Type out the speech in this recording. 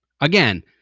Again